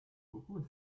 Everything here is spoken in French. beaucoup